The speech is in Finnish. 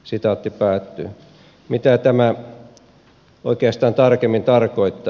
mitä tämä oikeastaan tarkemmin tarkoittaa